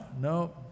no